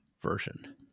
version